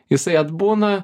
jisai atbūna